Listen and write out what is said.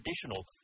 traditional